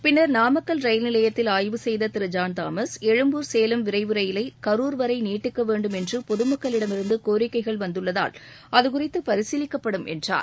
பின்னா் நாமக்கல் ரயில் நிலையத்தில் ஆய்வு செய்த திரு ஜான் தாமஸ் எழும்பூர் சேலம் விரைவு ரயிலை கரூர் வரை நீட்டிக்க வேண்டும் என்று பொதுமக்களிடமிருந்து கோரிக்கைகள் வந்துள்ளதால் அதுகுறித்து பரிசீலிக்கப்படும் என்றார்